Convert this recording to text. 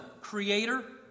creator